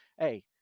Hey